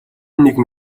нэгэн